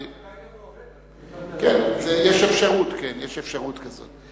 אתה גם בהווה, כן, יש אפשרות כזאת.